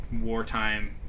wartime